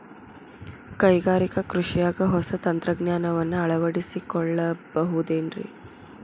ಕೈಗಾರಿಕಾ ಕೃಷಿಯಾಗ ಹೊಸ ತಂತ್ರಜ್ಞಾನವನ್ನ ಅಳವಡಿಸಿಕೊಳ್ಳಬಹುದೇನ್ರೇ?